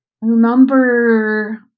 remember